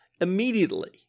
immediately